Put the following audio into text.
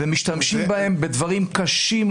ומשתמשים בהם בדברים קשים.